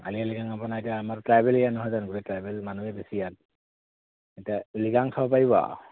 আলিআই লিগাং আপোনাৰ এতিয়া আমাৰ ট্ৰাইবেল এয়া নহয় জানোঁ গোটেই ট্ৰাইবেল মানুহেই বেছি ইয়াত এতিয়া লৃগাং খাব পাৰিব আৰু